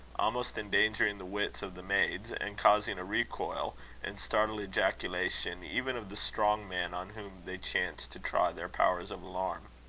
almost endangering the wits of the maids, and causing a recoil and startled ejaculation even of the strong man on whom they chanced to try their powers of alarm.